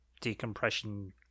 decompression